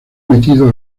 metido